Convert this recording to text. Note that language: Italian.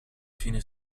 fine